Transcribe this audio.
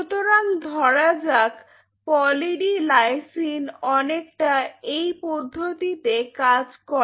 সুতরাং ধরা যাক পলি ডি লাইসিন অনেকটা এই পদ্ধতিতে কাজ করে